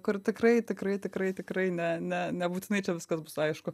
kur tikrai tikrai tikrai tikrai ne ne nebūtinai čia viskas bus aišku